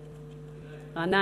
גנאים.